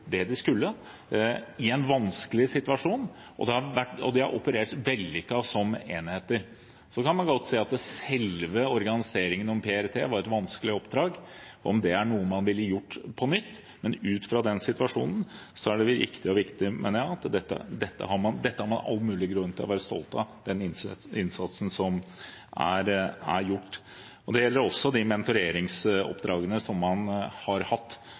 det de skulle i en vanskelig situasjon, og de har operert vellykket som enheter. Så kan man godt si at selve organiseringen av PRT var et vanskelig oppdrag – og om det er noe man ville gjort på nytt. Men ut fra situasjonen er det riktig og viktig, mener jeg, at man har all mulig grunn til å være stolt av den innsatsen som er gjort. Det gjelder også de mentoreringsoppdragene som man har hatt